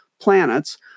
planets –